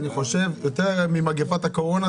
אני חושב יותר ממגפת הקורונה,